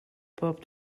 bob